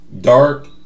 Dark